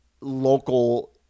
local